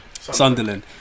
Sunderland